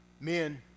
Men